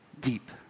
deep